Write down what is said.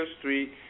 Street